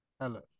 Hello